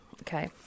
Okay